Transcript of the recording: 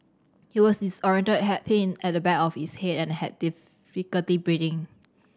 he was disorientated had pain at the back of his head and had difficulty breathing